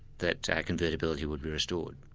that convertibility would be restored.